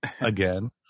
Again